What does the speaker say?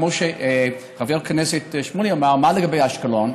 כמו שחבר הכנסת שמולי אמר: מה לגבי אשקלון?